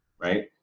right